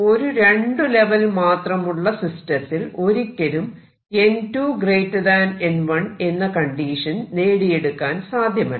ഒരു രണ്ടു ലെവൽ മാത്രമുള്ള സിസ്റ്റത്തിൽ ഒരിക്കലും n2 n1 എന്ന കണ്ടീഷൻ നേടിയെടുക്കാൻ സാധ്യമല്ല